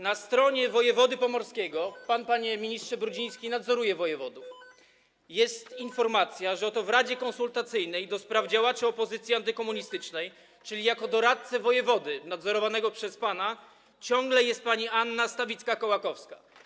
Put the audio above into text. Na stronie wojewody pomorskiego - pan, panie ministrze Brudziński, nadzoruje wojewodów - jest informacja, że oto w radzie konsultacyjnej ds. działaczy opozycji antykomunistycznej jako doradca wojewody nadzorowanego przez pana ciągle jest pani Anna Stawicka-Kołakowska.